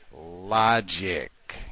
Logic